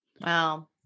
Wow